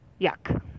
Yuck